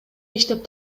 иштеп